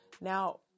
Now